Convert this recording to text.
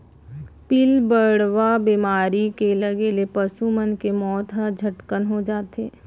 पिलबढ़वा बेमारी के लगे ले पसु मन के मौत ह झटकन हो जाथे